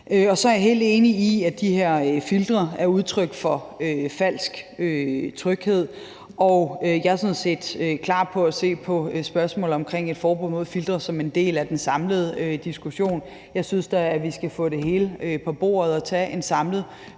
Så er jeg helt enig i, at de her filtre er udtryk for falsk tryghed, og jeg er sådan set klar på at se på spørgsmålet omkring et forbud mod filtre som en del af den samlede diskussion. Jeg synes da, at vi skal få det hele på bordet og tage en samlet